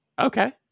okay